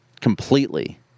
completely